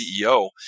CEO